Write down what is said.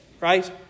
right